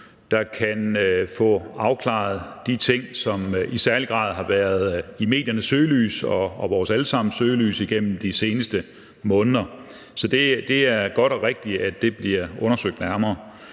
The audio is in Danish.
der kan få afklaret de ting, som i særlig grad har været i mediernes søgelys og vores alle sammens søgelys igennem de seneste måneder. Så det er godt og rigtigt, at det bliver undersøgt nærmere.